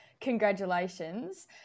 congratulations